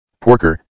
Porker